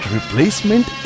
Replacement